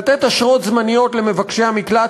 לתת אשרות זמניות למבקשי המקלט,